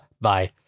bye